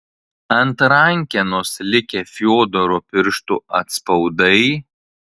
ant rankenos likę fiodoro pirštų atspaudai